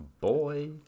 Boy